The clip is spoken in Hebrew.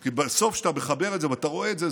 כי בסוף כשאתה מחבר את זה ואתה רואה את זה,